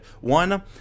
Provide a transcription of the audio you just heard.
One